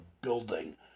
building